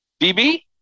DB